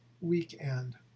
weekend